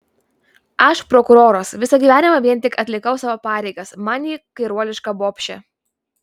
aš prokuroras visą gyvenimą vien tik atlikau savo pareigas man ji kairuoliška bobšė